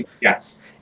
Yes